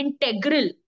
integral